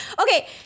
Okay